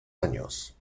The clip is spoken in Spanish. años